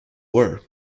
war